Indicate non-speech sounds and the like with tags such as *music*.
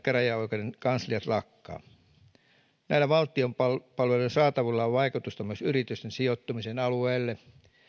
*unintelligible* käräjäoikeuden kansliat lakkaavat valtion palvelujen saatavuudella on vaikutusta myös yritysten sijoittumiseen alueelle